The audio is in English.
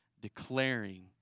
declaring